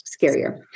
scarier